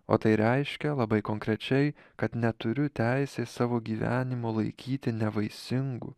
o tai reiškia labai konkrečiai kad neturiu teisės savo gyvenimo laikyti nevaisingu